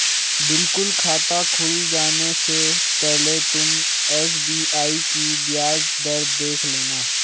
बिल्कुल खाता खुल जाने से पहले तुम एस.बी.आई की ब्याज दर देख लेना